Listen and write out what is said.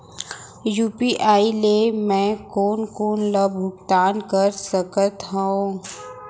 UPI ले मैं कोन कोन ला भुगतान कर सकत हओं?